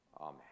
Amen